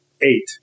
eight